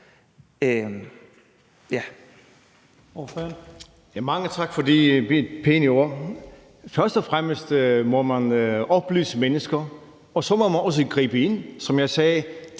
Mange tak for de pæne ord. Først og fremmest må man oplyse mennesker, og så må man også gribe ind,